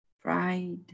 pride